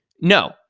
No